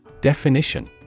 Definition